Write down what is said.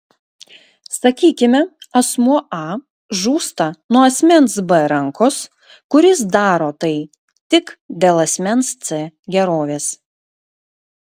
sakykime asmuo a žūsta nuo asmens b rankos kuris daro tai tik dėl asmens c gerovės